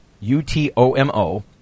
U-T-O-M-O